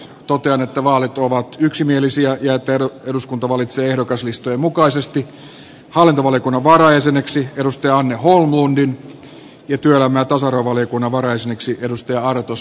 totean että vaalit ovat yksimielisiä ja että eduskunta valitsee ehdokaslistojen mukaisesti hallintovaliokunnan varajäseneksi anne holmlundin ja työelämä ja tasa arvovaliokunnan varajäseneksi edustaja artus